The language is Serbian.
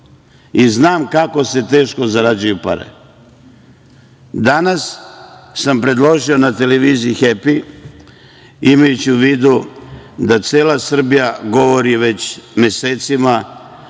i znam kako se teško zarađuju pare. Danas sam predložio na televiziji "Hepi", imajući u vidu da cela Srbija govori već mesecima